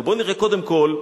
אבל בואו נראה, קודם כול,